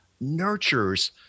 nurtures